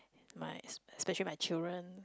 my es~ especially my children